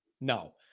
No